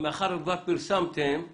אנחנו